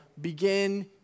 begin